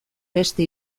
beste